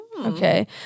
Okay